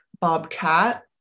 bobcat